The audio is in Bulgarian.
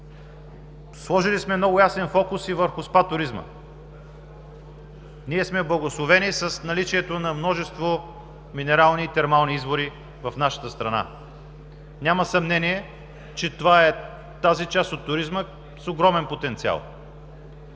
Сложили сме много ясен фокус и върху СПА туризма. Ние сме благословени с наличието на множество минерални и термални извори в нашата страна. Няма съмнение, че това е тази част от туризма, която е с огромен потенциал,